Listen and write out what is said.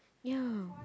ya